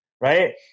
right